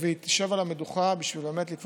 והיא תשב על המדוכה בשביל באמת לקבוע